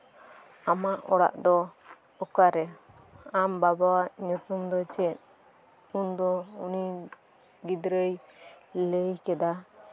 ᱟᱢᱟᱜ ᱚᱲᱟᱜ ᱫᱚ ᱚᱠᱟᱨᱮ ᱟᱢ ᱵᱟᱵᱟᱣᱟᱜ ᱧᱩᱛᱩᱢ ᱫᱚ ᱪᱮᱫ ᱩᱱ ᱫᱚ ᱩᱱᱤ ᱜᱤᱫᱽᱨᱟᱹᱭ ᱞᱟᱹᱭ ᱠᱮᱫᱟ